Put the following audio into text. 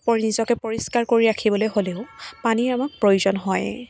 বা নিজকে পৰিষ্কাৰ কৰি ৰাখিবলৈ হ'লেও পানীৰ আমাক প্ৰয়োজন হয়